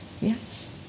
Yes